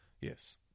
Yes